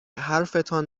حرفتان